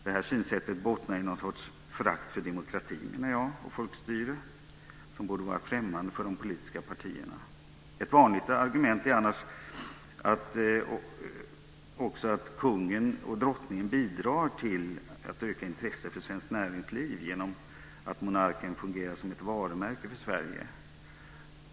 Det synsättet bottnar i något slags förakt för demokrati och folkstyre, menar jag. Det borde vara främmande för de politiska partierna. Ett vanligt argument är också att kungen och drottningen bidrar till att öka intresset för svenskt näringsliv genom att monarken fungerar som ett varumärke för Sverige.